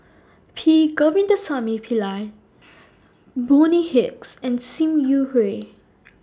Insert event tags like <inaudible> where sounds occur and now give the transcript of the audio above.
P Govindasamy Pillai Bonny Hicks and SIM <unintelligible> Hui